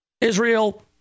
Israel